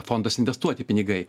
fonduose investuoti pinigai